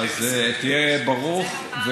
אז תהיה ברוך,